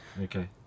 okay